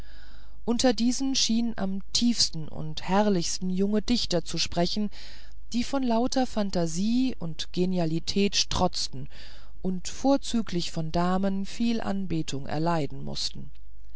unter diesen schienen am tiefsten und herrlichsten junge dichter zu sprechen die von lauter phantasie und genialität strotzten und vorzüglich von damen viel anbetung erleiden mußten